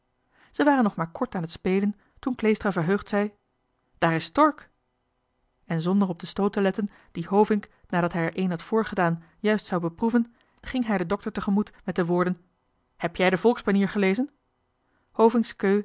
zij hadden nog maar kort gespeeld toen kleestra verheugd zei daar is stork en zonder op den stoot te letten dien hovink nadat hij hem er een had voorgedaan juist zou beproeven ging hij den dokter te gemoet met de woorden heb jij de volksbanier al gelezen